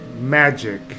Magic